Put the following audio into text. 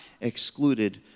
excluded